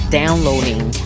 downloading